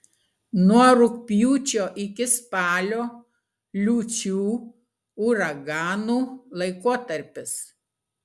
nuo rugpjūčio iki spalio liūčių uraganų laikotarpis